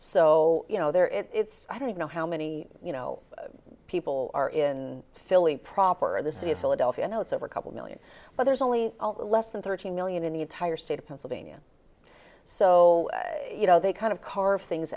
so you know there it's i don't know how many you know people are in philly proper in the city of philadelphia now it's over a couple million but there's only less than thirteen million in the entire state of pennsylvania so you know they kind of car of things